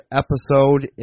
episode